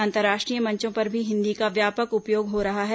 अंतर्राष्ट्रीय मंचों पर भी हिंदी का व्यापक उपयोग हो रहा है